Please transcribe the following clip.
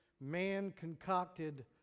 man-concocted